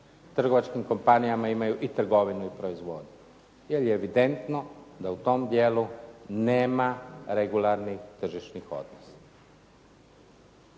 trgovačkim kompanijama imaju i trgovinu i proizvodnju jer je evidentno da u tom dijelu nema regularnih tržišnih odnosa.